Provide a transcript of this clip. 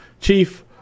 chief